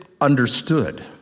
understood